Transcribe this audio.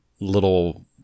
little